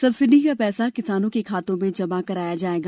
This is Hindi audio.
सब्सिडी का पैसा किसानों के खातों में जमा कराया जाएगा